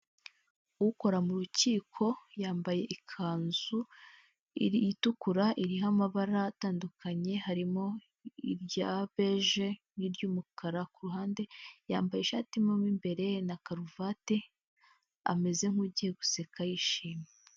Ukora mu rukiko yambaye ikanzu iri itukura iriho amabara atandukanye harimo irya beje n'iry'umukara ku ruhande yambaye ishati mu imbere na karuvate ameze nk'ugiye guseka yishimye.